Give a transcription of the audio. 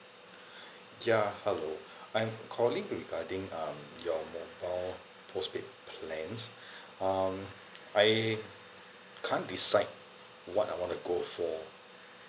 ya hello I'm calling regarding um your mobile postpaid plans um I can't decide what I want to go for